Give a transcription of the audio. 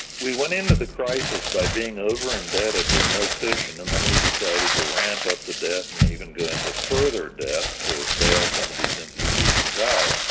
we went into the crisis by being over-indebted with no cushion and then we decided to ramp up the debt and even go into further debt to bail some of these institutions out.